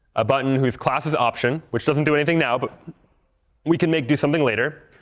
a button whose class is option, which doesn't do anything now but we can make do something later,